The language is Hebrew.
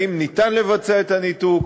האם ניתן לבצע את הניתוק